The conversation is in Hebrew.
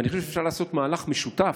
ואני חושב שאפשר לעשות מהלך משותף,